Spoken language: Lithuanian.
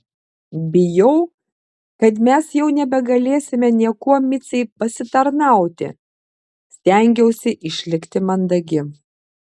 bijau kad mes jau nebegalėsime niekuo micei pasitarnauti stengiausi išlikti mandagi